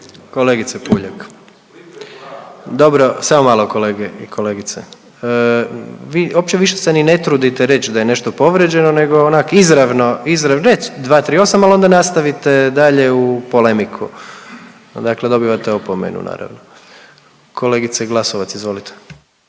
Kolegice Puljak, dobro samo malo kolege i kolegice. Vi uopće više se ni ne trudite reći da je nešto povrijeđeno, nego onak' izravno reći 238. ali onda nastavite dalje u polemiku. Dakle, dobivate opomenu naravno. Kolegice Glasovac, izvolite.